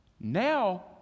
Now